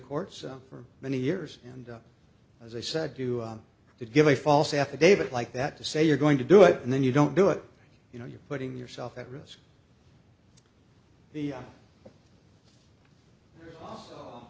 courts for many years and as i said you could give a false affidavit like that to say you're going to do it and then you don't do it you know you're putting yourself at risk the